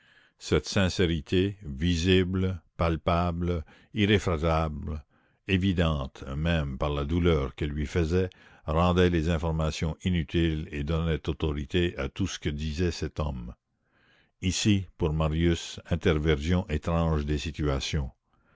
cette sincérité visible palpable irréfragable évidente même par la douleur qu'elle lui faisait rendait les informations inutiles et donnait autorité à tout ce que disait cet homme ici pour marius interversion étrange des situations